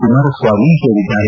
ಕುಮಾರಸ್ವಾಮಿ ಹೇಳಿದ್ದಾರೆ